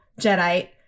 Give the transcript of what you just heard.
Jedi